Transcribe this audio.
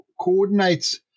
coordinates